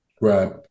Right